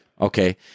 Okay